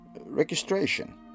registration